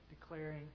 declaring